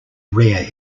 rare